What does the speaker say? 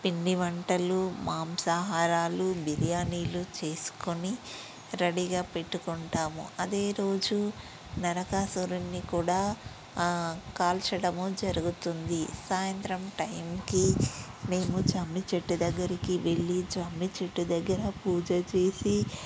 పిండి వంటలు మాంసాహారాలు బిర్యానీలు చేసుకొని రెడీగా పెట్టుకుంటాము అదే రోజు నరకాసురుడిని కూడా కాల్చడము జరుగుతుంది సాయంత్రం టైంకి మేము జమ్మి చెట్టు దగ్గరకు వెళ్ళి జమ్మి చెట్టు దగ్గర పూజ చేసి